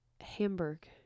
Hamburg